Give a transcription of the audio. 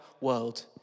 world